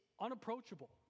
unapproachable